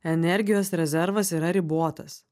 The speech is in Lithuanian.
energijos rezervas yra ribotas